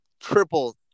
Triple